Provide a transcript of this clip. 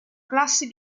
classi